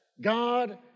God